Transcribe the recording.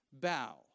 bow